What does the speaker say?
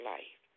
Life